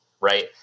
Right